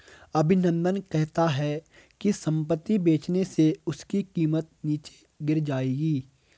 अभिनंदन कहता है कि संपत्ति बेचने से उसकी कीमत नीचे गिर जाएगी